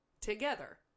together